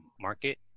market